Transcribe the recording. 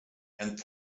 and